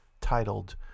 titled